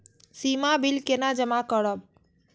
सीमा bill केना जमा करब?